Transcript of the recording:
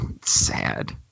Sad